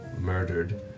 murdered